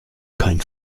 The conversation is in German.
kein